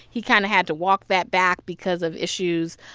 he kind of had to walk that back because of issues,